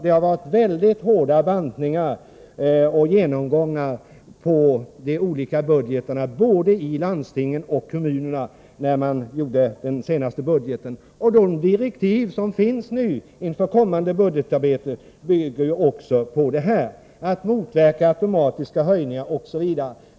Det har gjorts mycket hårda bantningar och genomgångar både i landstingen och kommunerna när man gjort den senaste budgeten. De direktiv som finns nu, inför kommande budgetarbete, bygger också på detta, att man exempelvis skall motverka automatiska höjningar.